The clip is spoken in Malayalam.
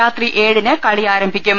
രാത്രി ഏഴിന് കളി ആരംഭിക്കും